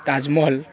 Taj Mahal